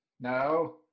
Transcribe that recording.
No